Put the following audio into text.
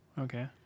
Okay